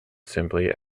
simply